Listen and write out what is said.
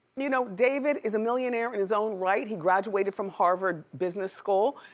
you know david is a millionaire in his own right. he graduated from harvard business school.